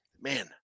man